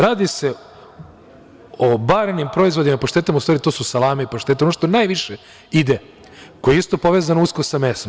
Radi se o barenim proizvodima, paštetama, u stvari to su salame i paštete, ono što najviše ide, koje je isto povezano usko sa mesom.